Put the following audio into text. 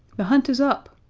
the hunt is up!